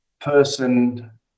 person